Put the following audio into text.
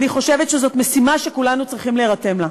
אני חושבת שזו משימה שכולנו צריכים להירתם לה.